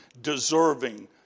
deserving